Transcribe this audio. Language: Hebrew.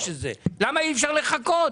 למה אי אפשר לחכות.